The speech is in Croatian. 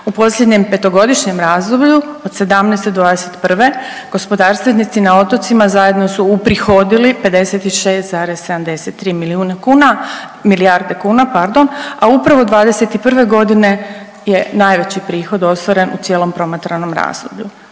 U posljednjem petogodišnjem razdoblju od '17. do '21. gospodarstvenici na otocima zajedno su uprihodili 56,73 milijuna kuna, milijarde kuna pardon, a upravo '21. godine je najveći prihod ostvaren u cijelom promatranom razdoblju.